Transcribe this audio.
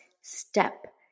step